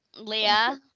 Leah